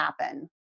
happen